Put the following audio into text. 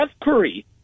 Curry